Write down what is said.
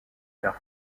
père